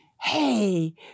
Hey